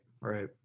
right